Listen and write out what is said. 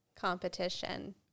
Competition